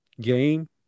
game